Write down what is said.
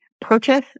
purchase